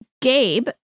Gabe